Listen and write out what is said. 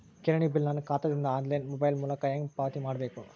ಕಿರಾಣಿ ಬಿಲ್ ನನ್ನ ಖಾತಾ ದಿಂದ ಆನ್ಲೈನ್ ಮೊಬೈಲ್ ಮೊಲಕ ಪಾವತಿ ಹೆಂಗ್ ಮಾಡಬೇಕು?